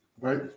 Right